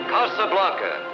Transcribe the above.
Casablanca